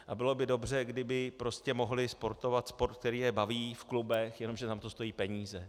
A bylo by dobře, kdyby prostě mohli sportovat sport, který je baví v klubech, jenomže tam to stojí peníze.